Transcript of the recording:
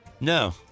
No